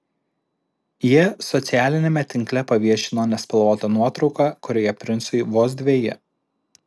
jie socialiniame tinkle paviešino nespalvotą nuotrauką kurioje princui vos dveji